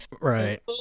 Right